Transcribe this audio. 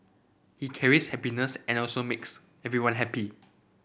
he carries happiness and also makes everyone happy